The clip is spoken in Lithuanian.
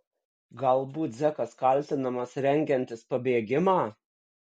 galbūt zekas kaltinamas rengiantis pabėgimą